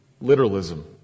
Literalism